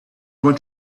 want